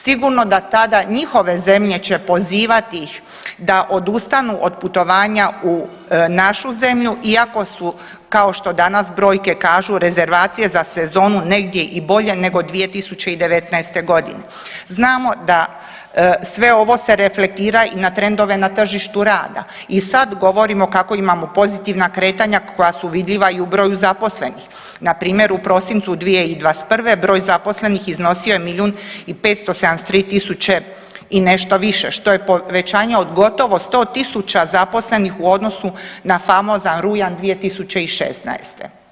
Sigurno da tada njihove zemlje će pozivati ih da odustanu od putovanja u našu zemlju, iako su, kao što danas brojke kažu, rezervacije za sezonu negdje i bolje nego 2019. g. Znamo da sve ovo se reflektira i na trendove na tržištu rada i sad govorimo kako imamo pozitivna kretanja koja su vidljiva i u broju zaposlenih, npr. u prosincu 2021. broj zaposlenih iznosio 1 573 000 i nešto više, što je povećanje od gotovo 100 tisuća zaposlenih u odnosu na famozan rujan 2016.